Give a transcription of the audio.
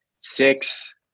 Six